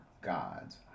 God's